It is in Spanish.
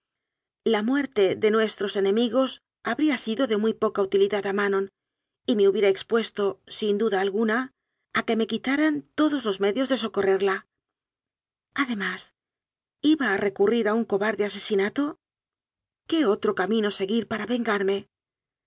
la muerte de nuestros enemigos habría sido de muy poca utilidad a manon y me hubiera expues to sin duda alguna a que me quitaran todos los medios de socorrerla además iba a recurrir a un cobarde asesinato qué otro camino seguir para vengarme